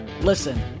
Listen